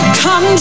come